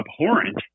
abhorrent